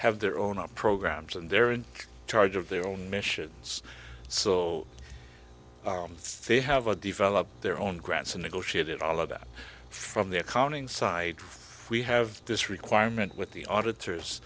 have their own up programs and they're in charge of their own missions so they have a develop their own grants and negotiated all of that from the accounting side we have this requirement with the auditors